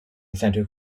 center